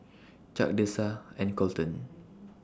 Chuck Dessa and Kolten